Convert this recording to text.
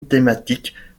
thématique